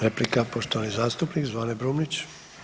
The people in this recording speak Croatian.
Replika poštovani zastupnik Zvane Brumnić.